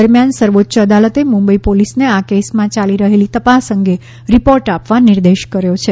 દરમિયાન સર્વોચ્ય અદાલતે મુંબઇ પોલીસને આ કેસમાં યાલી રહેલી તપાસ અંગે રિપોર્ટ આપવા નિર્દેશ આપ્યો છે